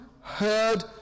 heard